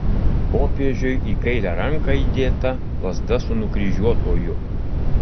popiežiui į kairę ranką įdėta lazda su nukryžiuotuoju